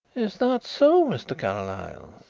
is that so, mr. carlyle?